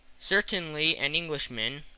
certainly an englishman,